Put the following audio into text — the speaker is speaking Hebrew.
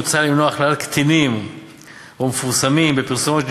מוצע למנוע הכללת קטינים או מפורסמים בפרסומת.